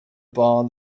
bar